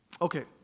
Okay